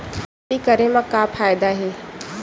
खेती करे म का फ़ायदा हे?